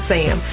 Sam